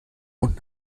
und